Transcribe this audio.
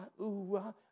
ooh-ah